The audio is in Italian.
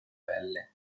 pelle